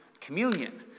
communion